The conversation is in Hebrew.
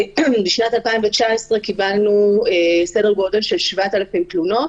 בשנת 2019 קיבלנו סדר גודל של 7,000 תלונות.